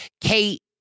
Kate